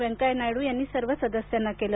वेंकैया नायड्र यांनी सर्व सदस्यांना केलं